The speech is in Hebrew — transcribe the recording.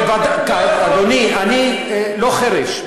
אדוני, אני לא חירש.